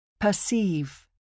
Perceive